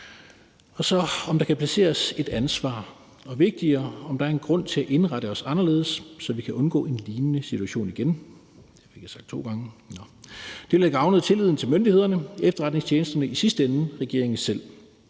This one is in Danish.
det, om der kan placeres et ansvar, og, hvad der er vigtigere, om der er en grund til at indrette os anderledes, så vi kan undgå en lignende situation igen. Det ville have gavnet tilliden til myndighederne, efterretningstjenesterne og i sidste ende regeringen selv.